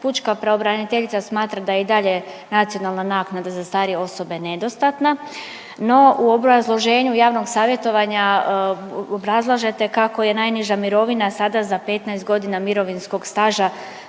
Pučka pravobraniteljica smatra da je i dalje nacionalna naknada za starije osobe nedostatna. No, u obrazloženju javnog savjetovanja obrazlažete kako je najniža mirovina sada za 15 godina mirovinskog staža